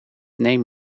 name